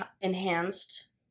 enhanced